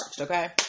Okay